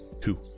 two